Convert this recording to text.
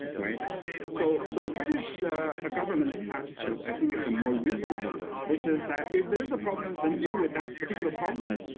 so so the british ah government's attitude, i think, is a more reasonable one, which is that if there's a problem, then deal with that particular problem,